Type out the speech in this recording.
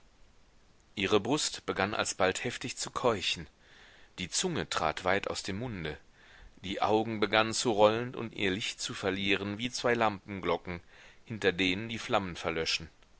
ihre brust begann alsbald heftig zu keuchen die zunge trat weit aus dem munde die augen begannen zu rollen und ihr licht zu verlieren wie zwei lampenglocken hinter denen die flammen verlöschen